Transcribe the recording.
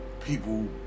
people